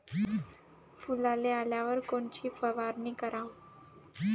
फुलाले आल्यावर कोनची फवारनी कराव?